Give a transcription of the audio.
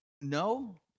no